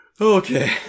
okay